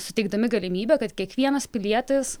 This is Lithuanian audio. suteikdami galimybę kad kiekvienas pilietis